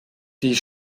die